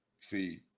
See